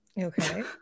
Okay